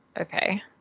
Okay